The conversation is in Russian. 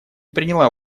приняла